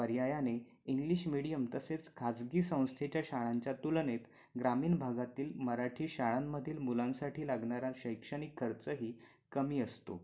पर्यायाने English medium तसेच खाजगी संस्थेच्या शाळांच्या तुलनेत ग्रामीण भागातील मराठी शाळांमधील मुलांसाठी लागणारा शैक्षणिक खर्चही कमी असतो